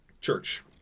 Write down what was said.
church